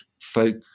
folk